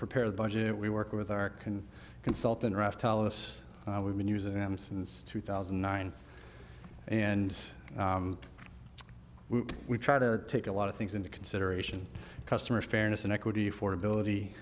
prepare the budget we work with are can consult in russia tell us we've been using them since two thousand and nine and we try to take a lot of things into consideration customers fairness and equity for ability